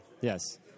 Yes